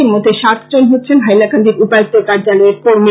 এরমধ্যে সাতজন হচ্ছেন হাইলাকান্দির উপায়ুক্তের কার্যালয়ের কর্মী